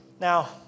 Now